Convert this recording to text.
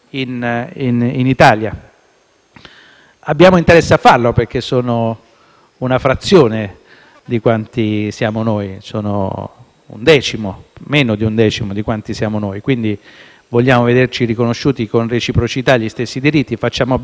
Abbiamo interesse a farlo, perché sono una frazione di quanti siamo noi nel Regno Unito, cioè sono meno di un decimo di quanti siamo noi; vogliamo vederci riconosciuti con reciprocità gli stessi diritti e quindi facciamo bene ad estenderli.